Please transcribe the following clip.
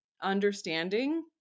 understanding